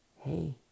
Hey